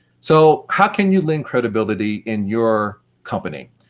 so how can you lend credibility in your company?